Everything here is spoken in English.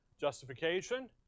Justification